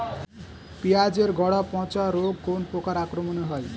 পিঁয়াজ এর গড়া পচা রোগ কোন পোকার আক্রমনে হয়?